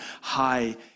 high